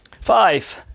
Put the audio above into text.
Five